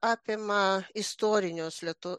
apima istorinius lietuv